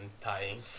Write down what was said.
tying